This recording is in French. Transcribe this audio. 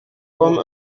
comme